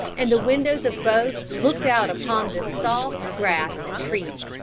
and the windows of both looked out upon the soft grass and trees,